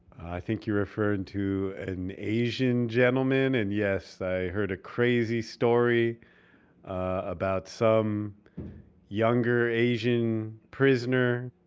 i think you're referring to an asian gentleman and yes, i heard a crazy story about some younger asian prisoner.